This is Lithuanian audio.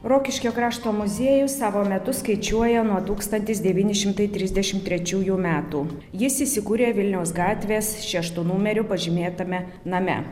rokiškio krašto muziejus savo metus skaičiuoja nuo tūkstantis devyni šimtai trisdešimt trečiųjų metų jis įsikūrė vilniaus gatvės šeštu numeriu pažymėtame name